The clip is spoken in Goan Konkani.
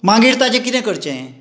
मागीर ताजें किदें करचें